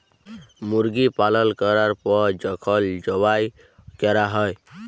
মুরগি পালল ক্যরার পর যখল যবাই ক্যরা হ্যয়